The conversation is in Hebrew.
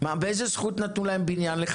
באיזו זכות נתנו לחיילים בניין?